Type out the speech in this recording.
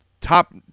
top